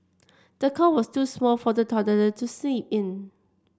the cot was too small for the toddler to sleep in